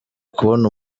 kubona